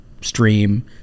stream